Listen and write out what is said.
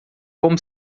como